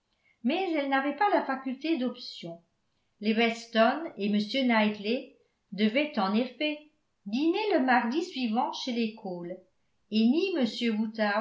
mais elle n'avait pas la faculté d'option les weston et m knightley devaient en effet dîner le mardi suivant chez les cole et ni